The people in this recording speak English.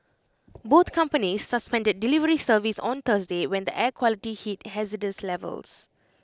both companies suspended delivery service on Thursday when the air quality hit hazardous levels